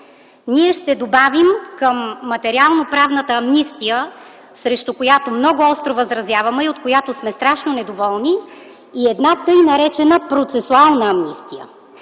ние ще добавим към материално-правната амнистия, срещу която много остро възразяваме и от която сме страшно недоволни, и една тъй наречена процесуална амнистия.